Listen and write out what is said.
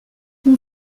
mon